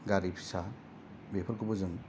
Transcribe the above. गारि फिसा बेफोरखौबो जों